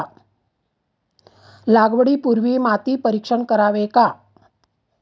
लागवडी पूर्वी माती परीक्षण करावे का?